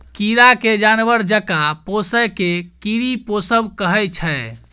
कीरा केँ जानबर जकाँ पोसब केँ कीरी पोसब कहय छै